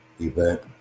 event